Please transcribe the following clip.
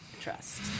Trust